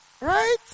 Right